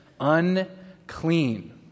unclean